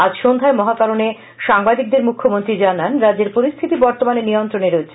আজ সন্ধ্যায় মহাকরণে সাংবাদিকদের মুখ্যমন্ত্রী জানান রাজ্যের পরিস্থিতি বর্তমানে নিয়ন্ত্রণে রয়েছে